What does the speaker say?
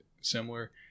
similar